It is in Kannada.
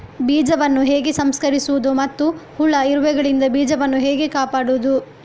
ಬೀಜವನ್ನು ಹೇಗೆ ಸಂಸ್ಕರಿಸುವುದು ಮತ್ತು ಹುಳ, ಇರುವೆಗಳಿಂದ ಬೀಜವನ್ನು ಹೇಗೆ ಕಾಪಾಡುವುದು?